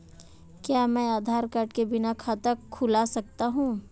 क्या मैं आधार कार्ड के बिना खाता खुला सकता हूं?